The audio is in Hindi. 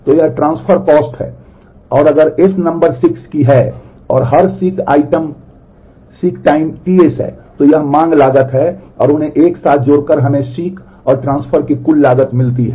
तो यह ट्रांसफर कॉस्ट tS है तो यह मांग लागत है और उन्हें एक साथ जोड़कर हमें seek और ट्रांसफर की कुल लागत मिलती है